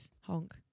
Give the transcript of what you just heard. honk